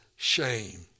shame